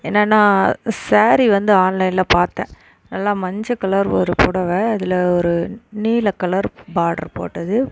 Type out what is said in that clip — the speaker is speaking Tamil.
என்னன்னா ஸேரீ வந்து ஆன்லைன்ல பார்த்தேன் நல்லா மஞ்சள் கலர் ஒரு புடவ அதில் ஒரு நீல கலர் பாட்ரு போட்டது